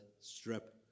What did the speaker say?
Strip